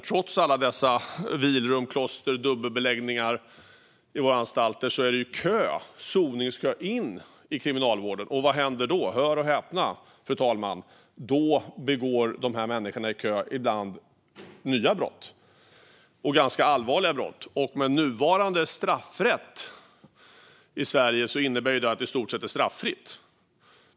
Trots alla dessa vilrum och kloster och dubbelbeläggning på våra anstalter är det kö, soningskö, in i kriminalvården. Vad händer då, fru talman? Jo, hör och häpna, ibland begår människorna i kön nya brott. De kan begå ganska allvarliga brott, och med nuvarande straffrätt i Sverige är det i stort sett straffritt.